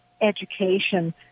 education